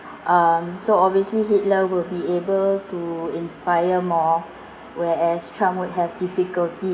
um so obviously hitler will be able to inspire more whereas trump would have difficulty